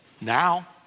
now